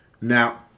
Now